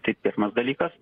tai pirmas dalykas